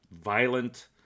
violent